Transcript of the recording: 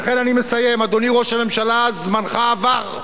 לכן, אני מסיים, אדוני ראש הממשלה, זמנך עבר.